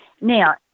Now